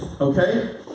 okay